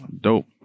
Dope